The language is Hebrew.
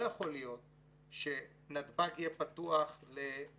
לא יכול להיות שנתב"ג יהיה פתוח לנכנסים